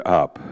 up